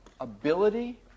ability